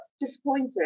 disappointed